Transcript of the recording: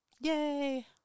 Yay